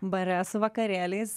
bare su vakarėliais